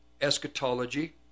eschatology